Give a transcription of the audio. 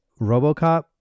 Robocop